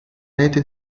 rete